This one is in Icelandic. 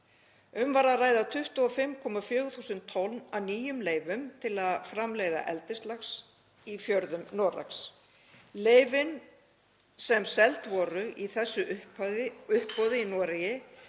Um var að ræða 25.400 tonn af nýjum leyfum til að framleiða eldislax í fjörðum Noregs. Leyfin sem seld voru á þessu uppboði í Noregi